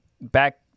back